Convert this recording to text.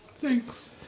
Thanks